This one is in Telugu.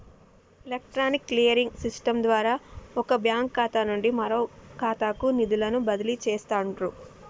ఎలక్ట్రానిక్ క్లియరింగ్ సిస్టమ్ ద్వారా వొక బ్యాంకు ఖాతా నుండి మరొకఖాతాకు నిధులను బదిలీ చేస్తండ్రు